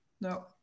no